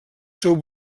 seu